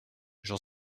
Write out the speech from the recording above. j’en